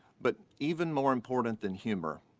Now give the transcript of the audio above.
but even more important than humor,